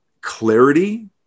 clarity